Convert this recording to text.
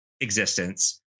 existence